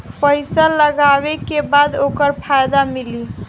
पइसा लगावे के बाद ओकर फायदा मिली